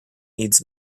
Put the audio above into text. needs